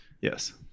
yes